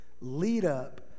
lead-up